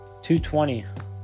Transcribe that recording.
220